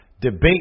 debate